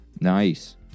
Nice